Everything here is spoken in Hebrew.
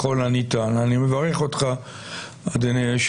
ברכת צוהריים טובים לנשיאת בית המשפט העליון בדימוס,